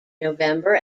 november